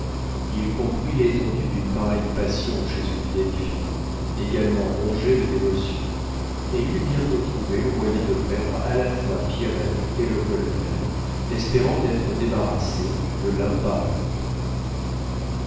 il comprit l'étendue d'une pareille passion chez une vieille fille également rongée de dévotion et il eut bientôt trouvé le moyen de perdre à la fois pierrette et le colonel espérant d'être débarrassé de l'un par l'autre